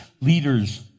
leader's